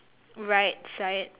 right side